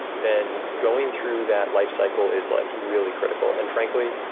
then going through that lifecycle is like really critical. and frankly,